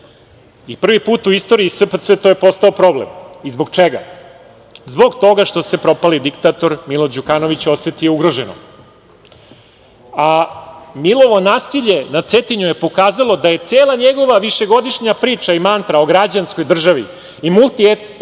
I prvi put u istoriji SPC to je postao problem. Zbog čega? Zbog toga što se propali diktator, Milo Đukanović, osetio ugroženo, a Milovo nasilje na Cetinju je pokazalo da je cela njegova višegodišnja priča i mantra o građanskoj državi i multietničkom i